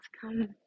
come